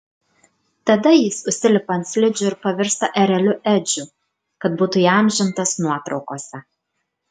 tada jis užsilipa ant slidžių ir pavirsta ereliu edžiu kad būtų įamžintas nuotraukose